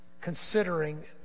considering